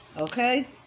okay